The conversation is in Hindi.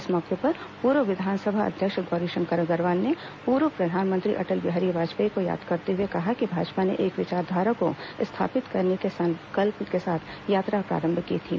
इस मौके पर पूर्व विधानसभा अध्यक्ष गौरीशंकर अग्रवाल ने पूर्व प्रधानमंत्री अटल बिहारी वाजपेयी को याद करते हुए कहा कि भाजपा ने एक विचारधारा को स्थापित करने के संकल्प के साथ यात्रा प्रारंभ की थी